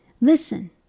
Listen